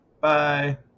Bye